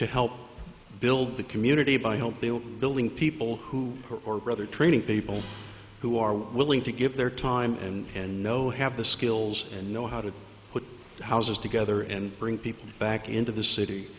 to help build the community by help building people who are or rather training people who are willing to give their time and know have the skills and know how to put houses together and bring people back into the city